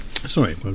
sorry